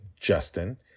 Justin